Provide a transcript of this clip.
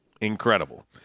Incredible